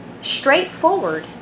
straightforward